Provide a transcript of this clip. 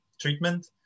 treatment